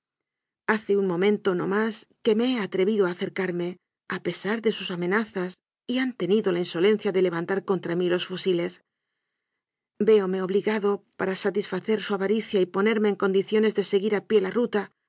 hace un momento no más que me he atrevido a acercarme a pesar de sus ame nazas y han tenido la insolencia de levantar con tra mí los fusiles véome obligado para satisfa cer su avaricia y ponerme en condiciones de seguir a pie la ruta